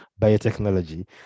biotechnology